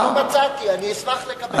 לא מצאתי, אני אשמח לקבל אותם.